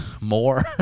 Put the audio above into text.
more